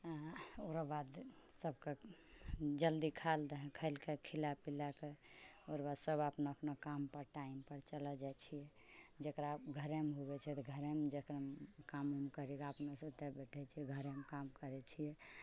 ओकराबाद सबके जल्दी खाइलए दही खेलकै खएला पिलाके ओकराबाद सब अपना अपना कामपर टाइमपर चलऽ जाइ छिए जकरा घरेमे हुअए छै तऽ घरेमे जाकऽ काम उम करिकऽ अपना सुतै बैठै छिए घरेमे काम करै छिए